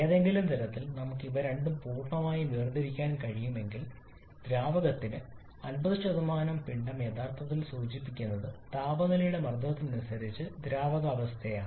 ഏതെങ്കിലും തരത്തിൽ നമുക്ക് ഇവ രണ്ടും പൂർണ്ണമായും വേർതിരിക്കാൻ കഴിയുമെങ്കിൽ ദ്രാവകത്തിന്റെ 50 പിണ്ഡം യഥാർത്ഥത്തിൽ സൂചിപ്പിക്കുന്നത് താപനിലയുടെ മർദ്ദത്തിന് അനുസരിച്ച് ദ്രാവകാവസ്ഥയെയാണ്